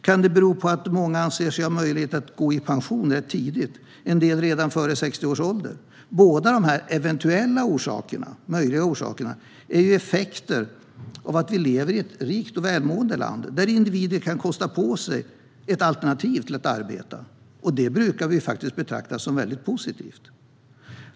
Kan det bero på att många anser sig ha möjlighet att gå i pension rätt tidigt, en del redan före 60 års ålder? Båda dessa möjliga orsaker är ju effekter av att vi lever i ett rikt och välmående land där individer kan kosta på sig ett alternativ till att arbeta. Det brukar vi ju betrakta som mycket positivt.